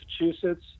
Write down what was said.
Massachusetts